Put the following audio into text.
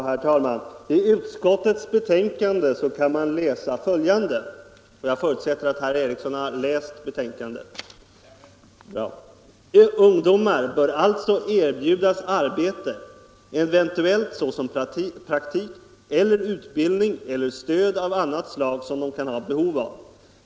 Herr talman! I utskottets betänkande kan man läsa följande, och jag förutsätter att herr Eriksson i Arvika har läst betänkandet: ”Ungdomar bör alltså erbjudas arbete eller utbildning eller stöd av annat slag som de kan ha behov av.